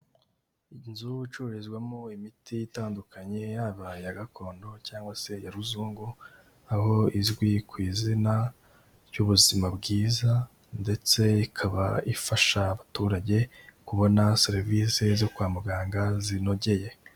Inzu icururizwamo imiti itandukanye yaba iya gakondo cyangwa se ya ruzungu, aho izwi ku izina ry'ubuzima bwiza ndetse ikaba ifasha abaturage kubona serivisi zo kwa muganga zinogeye...